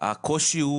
הקושי הוא